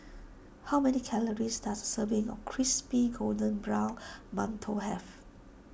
how many calories does a serving of Crispy Golden Brown Mantou have